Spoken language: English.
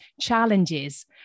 challenges